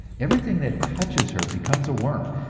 everything that touches her becomes a worm,